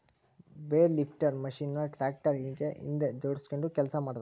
bale lifter machine ನ tractor ಗೆ ಹಿಂದ್ ಜೋಡ್ಸ್ಕೊಂಡು ಕೆಲಸ ಮಾಡ್ತಾರ